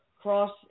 cross